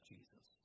Jesus